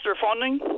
Funding